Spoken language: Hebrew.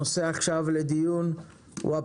הנושא עכשיו לדיון הוא,